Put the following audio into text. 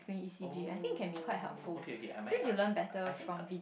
oh okay okay I might uh I think I